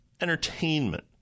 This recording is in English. Entertainment